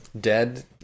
dead